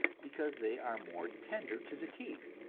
because they are more tender to the teeth,